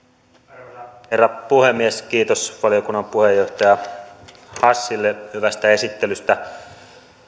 arvoisa herra puhemies kiitos valiokunnan puheenjohtaja hassille hyvästä esittelystä